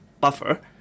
buffer